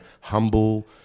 humble